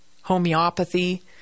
homeopathy